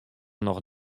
noch